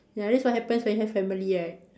ya that's what happens when you have family right